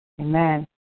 Amen